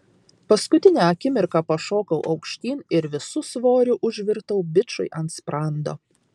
paskutinę akimirką pašokau aukštyn ir visu svoriu užvirtau bičui ant sprando